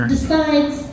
decides